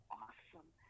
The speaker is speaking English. awesome